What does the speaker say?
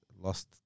lost